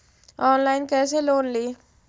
Online कैसे loan ली?